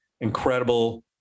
incredible